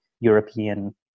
European